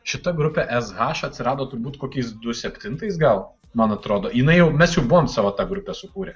šita grupė es haš atsirado turbūt kokiais du septintais gal man atrodo jinai jau mes jau buvom savo tą grupę sukūrę